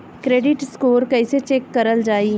Credit score कइसे check करल जायी?